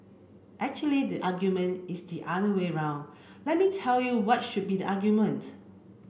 actually the argument is the other way round let me tell you what should be the argument